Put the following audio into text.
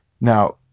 Now